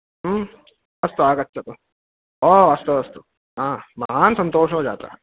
ह्म् अस्तु अस्तु आगच्छतु ओ अस्तु अस्तु हा महान् सन्तोषो जातः